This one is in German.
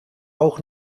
auch